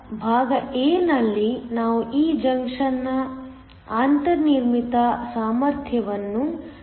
ಆದ್ದರಿಂದ ಭಾಗ a ನಲ್ಲಿ ನಾವು ಈ ಜಂಕ್ಷನ್ನ ಅಂತರ್ನಿರ್ಮಿತ ಸಾಮರ್ಥ್ಯವನ್ನು ಲೆಕ್ಕಾಚಾರ ಮಾಡಲು ಬಯಸುತ್ತೇವೆ